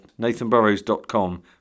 nathanburrows.com